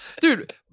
Dude